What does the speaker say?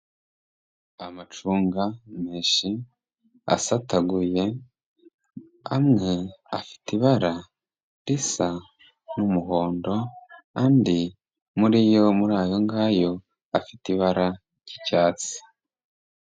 Ni amacunga menshi asataguye, amwe afite ibara risa n'umuhondo, andi muri yo muri ayo ngayo afite ibara ry'icyatsi.